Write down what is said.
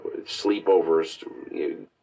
sleepovers